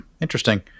Interesting